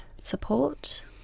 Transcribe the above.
support